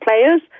players